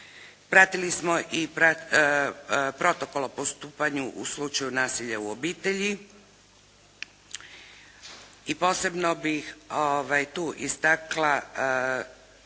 Pratili smo i protokol o pristupanju u slučaju nasilja u obitelji i posebno bih tu istakla